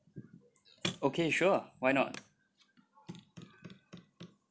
okay sure why not